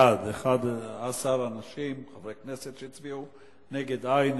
בעד, 11 חברי כנסת, נגד, אין.